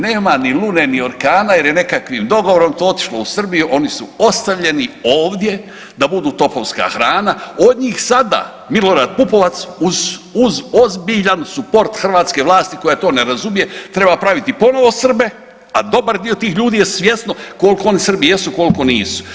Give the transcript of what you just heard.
Nema ni Lune ni Orkana jer je nekakvim dogovorom to otišlo u Srbiju, oni su ostavljeni ovdje da budu topovska hrana, od njih sada Milorad Pupovac uz ozbiljan suport hrvatske vlasti koja to ne razumije, treba praviti ponovo Srbe, a dobar dio tih ljudi je svjesno koliko oni Srbi, koliko nisu.